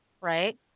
right